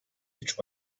each